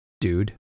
Dude